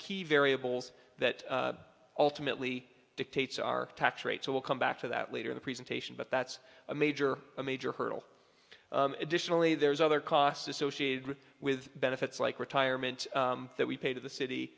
key variables that ultimately dictates our tax rates will come back to that later in the presentation but that's a major major hurdle additionally there's other costs associated with benefits like retirement that we pay to the city